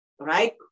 right